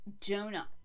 Jonah